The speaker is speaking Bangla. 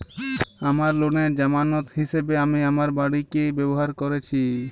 আমার লোনের জামানত হিসেবে আমি আমার বাড়িকে ব্যবহার করেছি